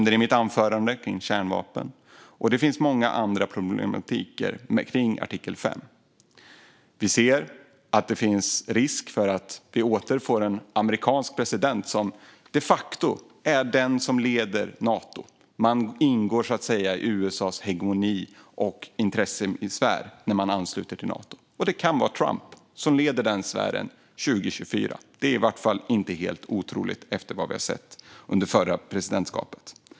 I mitt anförande nämnde jag kärnvapen. Det finns också många andra problem när det gäller artikel 5. Vi ser att det finns en risk när det gäller vem som blir USA:s nästa president, som de facto är den som leder Nato. Man ingår så att säga i USA:s hegemoni och intressesfär när man ansluter till Nato. Det kan bli Trump som leder den sfären 2024. Det är i varje fall inte helt otroligt utifrån vad vi har sett under det förra presidentskapet.